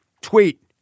Tweet